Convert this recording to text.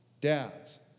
Dads